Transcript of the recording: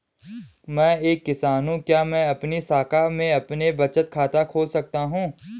मैं एक किसान हूँ क्या मैं आपकी शाखा में अपना बचत खाता खोल सकती हूँ?